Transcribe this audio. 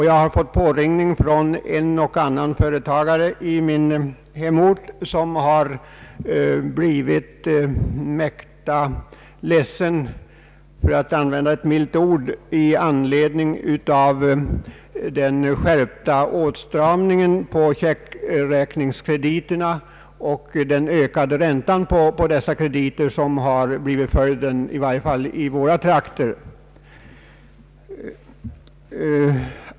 Jag har fått påringning från en och annan företagare i min hemort som blivit mäkta ledsen — för att använda ett milt ord — med anledning av den skärpta åtstramningen på checkräkningskrediternas område och den höjda ränta på dessa krediter som därmed blivit följden i varje fall i våra trakter.